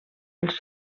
els